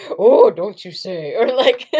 oh don't you say or like yeah